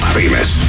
famous